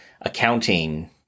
accounting